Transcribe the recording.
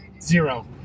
Zero